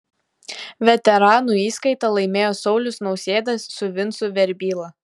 veteranų įskaitą laimėjo saulius nausėdas su vincu verbyla